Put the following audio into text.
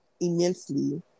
immensely